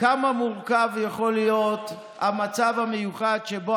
כמה מורכב יכול להיות המצב המיוחד שבו